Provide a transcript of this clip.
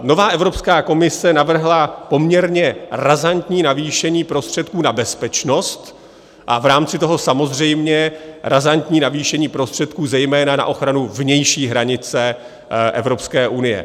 Nová Evropská komise navrhla poměrně razantní navýšení prostředků na bezpečnost a v rámci toho samozřejmě razantní navýšení prostředků zejména na ochranu vnější hranice Evropské unie.